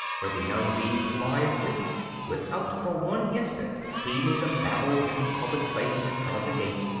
where the young bees lie asleep without for one instant heeding the babble in the public place in front of the gate,